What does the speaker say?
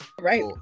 Right